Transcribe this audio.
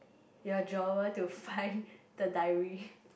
your drawer to find the diary